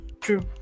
True